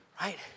Right